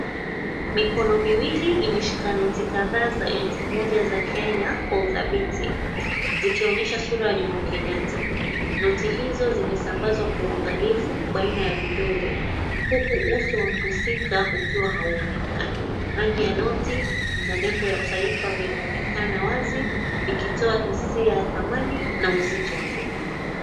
Mikono miwili imeshika noti kadhaa za elfu moja za Kenya kwa udhabiti zikionyesha sura ya Jomo Kenyatta. Noti hizo zimesambazwa kwa uangalifu baina ya vidole, huku uso wa mhusika ukiwa hauonekani. Rangi ya noti na nembo ya taifa vinaonekana wazi vikitoa hisia ya dhamani na uzito wa fedha.